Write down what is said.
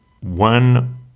one